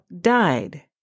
died